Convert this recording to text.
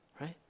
right